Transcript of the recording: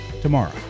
tomorrow